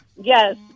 Yes